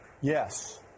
Yes